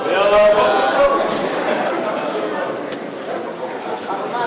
חוק להחלפת המונח מעביד (תיקוני חקיקה),